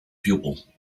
pupil